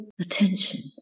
attention